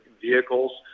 vehicles